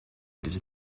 does